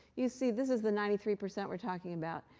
you see, this is the ninety three percent we're talking about.